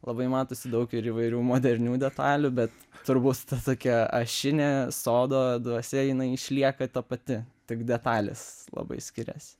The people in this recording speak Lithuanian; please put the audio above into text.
labai matosi daug ir įvairių modernių detalių bet turbūt ta tokia ašinė sodo dvasia jinai išlieka ta pati tik detalės labai skiriasi